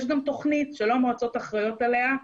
יש גם תוכניות שלא המועצות אחראיות עליה,